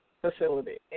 facility